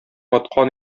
аткан